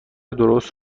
درست